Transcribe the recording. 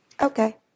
okay